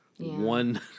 One